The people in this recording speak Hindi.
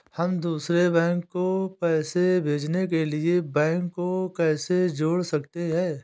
हम दूसरे बैंक को पैसे भेजने के लिए बैंक को कैसे जोड़ सकते हैं?